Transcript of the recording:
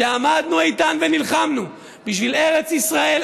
שעמדנו איתן ונלחמנו בשביל ארץ ישראל,